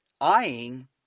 eyeing